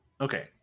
Okay